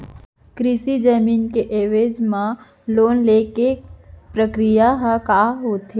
कृषि जमीन के एवज म लोन ले के प्रक्रिया ह का होथे?